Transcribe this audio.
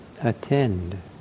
attend